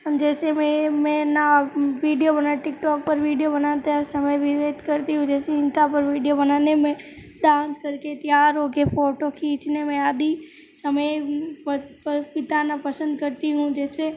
जैसे मैं मैं ना वीडियो बनाया टिकटोक पर वीडियो बनाते समय भी नृत्य करती हूँ जैसे इंस्टा पर वीडियो बनाने में डांस कर के तैयार हो के फोटो खीचने में आदि समय बिताना पसंद करती हूँ जैसे